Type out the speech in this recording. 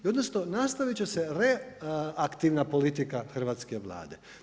I odnosno nastaviti će se reaktivna politika hrvatske Vlade.